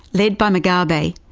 led by mugabe,